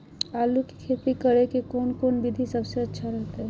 आलू की खेती करें के कौन कौन विधि सबसे अच्छा रहतय?